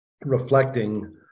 reflecting